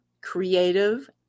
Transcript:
creative